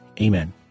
Amen